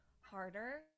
harder